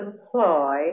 employ